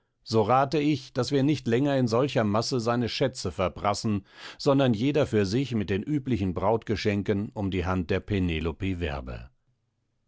so rate ich daß wir nicht länger in solcher masse seine schätze verprassen sondern jeder für sich mit den üblichen brautgeschenken um die hand der penelope